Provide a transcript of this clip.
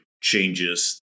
changes